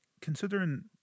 Considering